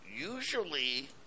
Usually